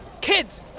Kids